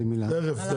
הגנת הסביבה תכף,